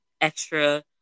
extra